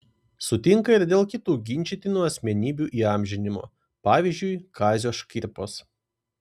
sutinka ir dėl kitų ginčytinų asmenybių įamžinimo pavyzdžiui kazio škirpos